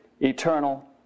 eternal